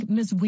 Miss